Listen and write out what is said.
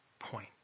point